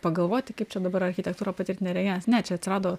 pagalvoti kaip čia dabar architektūrą patirt neregiams ne čia atsirado